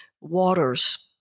waters